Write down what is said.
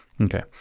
Okay